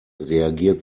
reagiert